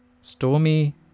Stormy